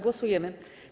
Głosujemy.